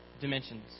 dimensions